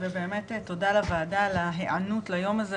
ובאמת תודה לוועדה על ההיענות ליום הזה.